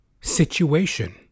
situation